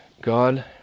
God